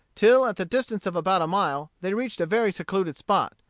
till, at the distance of about a mile, they reached a very secluded spot,